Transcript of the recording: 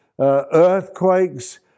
earthquakes